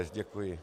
Děkuji.